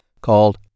called